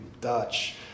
Dutch